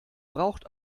braucht